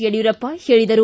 ಯಡಿಯೂರಪ್ಪ ಹೇಳಿದರು